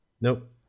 Nope